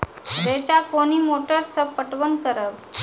रेचा कोनी मोटर सऽ पटवन करव?